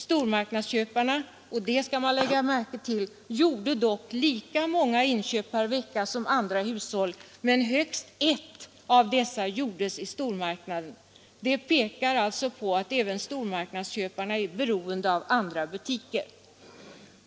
Stormarknadsköparna, och det skall man lägga märke till, gjorde dock lika många inköp per vecka som andra hushåll, men högst ett av dessa gjordes i stormarknaden. Det pekar alltså på att även stormarknadsköparna är beroende av andra butiker.